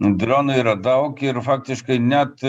dronų yra daug ir faktiškai net